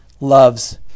loves